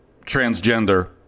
transgender